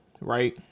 right